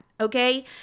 okay